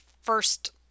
first